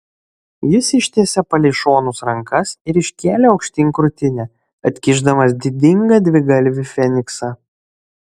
jis ištiesė palei šonus rankas ir iškėlė aukštyn krūtinę atkišdamas didingą dvigalvį feniksą